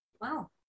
wow